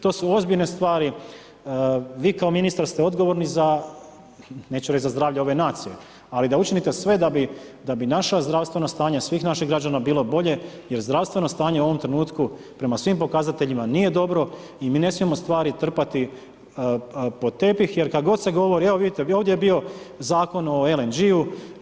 To su ozbiljne stvari i vi kao ministar ste odgovorni za, neću reći za zdravlje ove nacije, ali da učinite sve da bi naše zdravstveno stanje svih naših građana bilo bolje jer zdravstveno stanje u ovom trenutku prema svim pokazateljima nije dobro i mi ne smijemo stvari trpati pod tepih jer kad se govori, evo vidite, ovdje je bio Zakon o LNG-u.